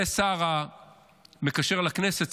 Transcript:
זה השר המקשר לכנסת,